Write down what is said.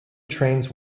trains